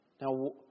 Now